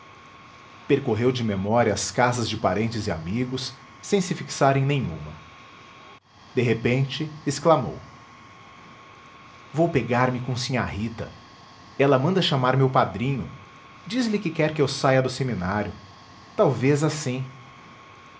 percorreu de memória as casas de parentes e amigos sem se fixar em nenhuma de repente exclamou vou pegar me com sinhá rita ela manda chamar meu padrinho diz-lhe que quer que eu saia do seminário talvez assim